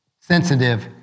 sensitive